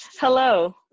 Hello